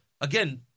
Again